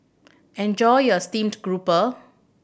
enjoy your steamed grouper